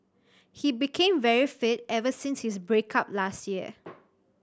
he became very fit ever since his break up last year